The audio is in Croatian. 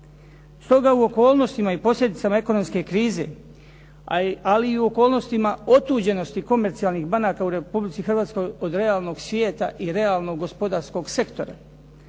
Stoga u okolnostima i posljedicama ekonomske krize, ali i u okolnostima otuđenosti komercijalnih banaka u Republici Hrvatskoj od realnog svijeta i realnog gospodarskog sektora,